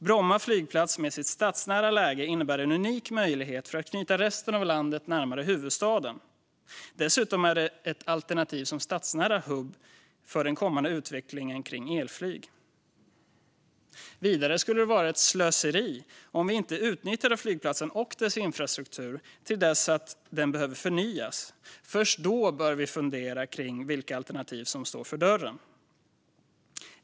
Bromma flygplats med sitt stadsnära läge innebär en unik möjlighet att knyta resten av landet närmare huvudstaden. Dessutom är det ett alternativ som en stadsnära hubb för den kommande utvecklingen av elflyg. Vidare skulle det vara ett slöseri om vi inte utnyttjade flygplatsen och dess infrastruktur tills den behöver förnyas. Först då bör vi fundera på vilka alternativ som står för dörren.